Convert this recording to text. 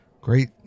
Great